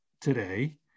today